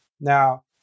Now